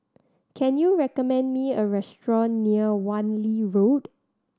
can you recommend me a restaurant near Wan Lee Road